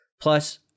Plus